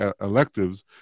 electives